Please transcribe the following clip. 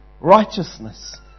righteousness